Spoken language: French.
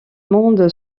monde